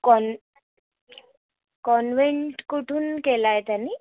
कॉन convent कुठून केलं आहे त्यांनी